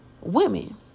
women